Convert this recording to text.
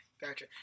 gotcha